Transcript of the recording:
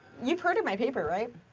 you've heard of my paper, right?